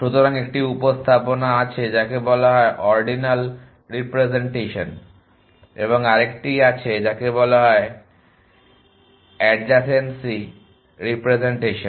সুতরাং একটি উপস্থাপনা আছে যাকে বলা হয় অর্ডিনাল রিপ্রেজেন্টেশন এবং আরেকটি আছে যাকে বলা হয় এডযাসেন্সি রিপ্রেজেন্টেশন